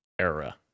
era